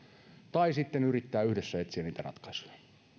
tai sitten yrittää yhdessä etsiä niitä ratkaisuja